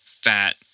fat